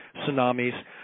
tsunamis